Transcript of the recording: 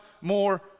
more